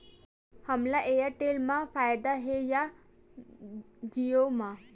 हमला एयरटेल मा फ़ायदा हे या जिओ मा?